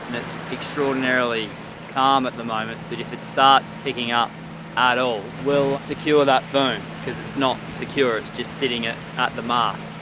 it's extraordinarily calm at the moment, but if it starts picking up at all, we'll secure that boom because it's not secure, it's just sitting at the mast.